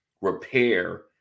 repair